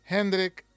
Hendrik